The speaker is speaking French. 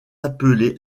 appelés